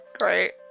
Great